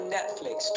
Netflix